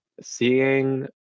seeing